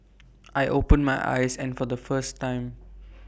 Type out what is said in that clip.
I open my eyes and for the first time